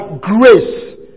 grace